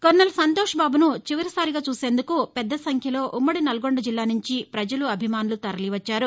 colonel Santosh బాబును చివరిసారి చూసేందుకు పెద్దసంఖ్యలో ఉమ్మడి నల్లగొండ జిల్లా నుంచి ప్రజలు అభిమానులు తరలివచ్చారు